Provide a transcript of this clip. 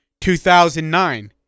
2009